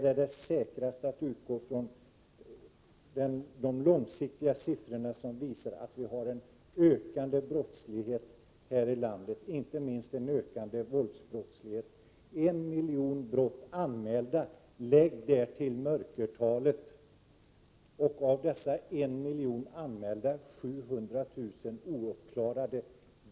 Nu är det säkrast att utgå från de långsiktiga siffror som visar att vi har en ökande brottslighet här i landet, inte minst beträffande våldsbrott: en miljon brott anmälda, lägg därtill mörkertalet! Av dessa en miljon anmälda brott är 700 000 ouppklarade.